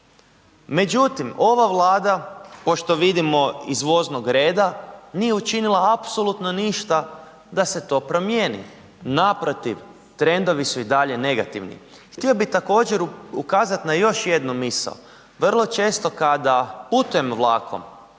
Međutim, ova Vlada pošto vidimo iz voznog reda nije učinila apsolutno ništa da se to promijeni. Naprotiv, trendovi su i dalje negativni. Htio bih također, ukazati na još jednu misao. Vrlo često kada putujem vlakom,